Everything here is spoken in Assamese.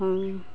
ও